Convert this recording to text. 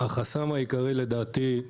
החסם העיקרי לדעתי הוא